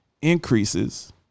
increases